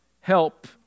help